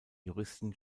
juristen